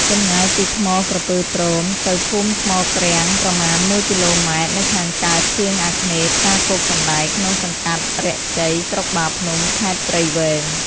ចម្ងាយពីថ្មក្រពើទ្រោម ទៅភូមិថ្មទ្រាំងប្រមាណ ១ គ.ម. នៅខាងកើតឆៀងអាគ្នេយ៍ផ្សារគោកសណ្ដែក ក្នុងសង្កាត់រាក់ជ័យ ស្រុកបាភ្នំ ខេត្តព្រៃវែង ។